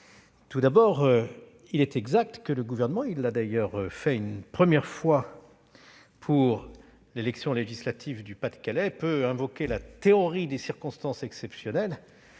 Tout d'abord, il est exact que le Gouvernement- il l'a fait une première fois pour l'élection législative du Pas-de-Calais -peut invoquer la théorie des circonstances exceptionnelles